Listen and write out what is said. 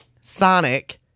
Sonic